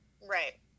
Right